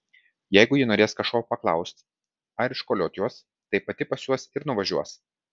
jeigu ji norės kažko paklaust ar iškoliot juos tai pati pas juos ir nuvažiuos